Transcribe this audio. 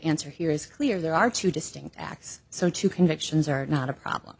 answer here is clear there are two distinct acts so two convictions are not a problem